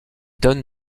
donne